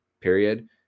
period